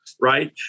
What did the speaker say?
right